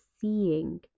seeing